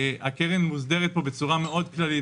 הקרן מוסדרת פה בצורה מאוד כללית,